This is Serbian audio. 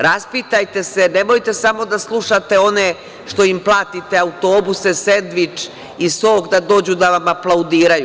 Raspitajte se, nemojte samo da slušate one što im platite autobuse, sendvič i sok da dođu da vam aplaudiraju.